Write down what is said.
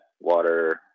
water